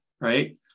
right